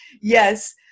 Yes